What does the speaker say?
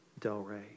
Delray